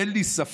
אך אין לי ספק